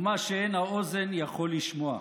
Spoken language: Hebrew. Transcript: ומה שאין האוזן יכול לשמוע".